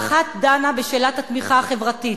האחת דנה בשאלת "התמיכה החברתית".